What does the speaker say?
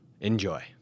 Enjoy